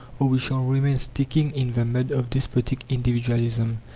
or we shall remain sticking in the mud of despotic individualism.